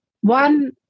One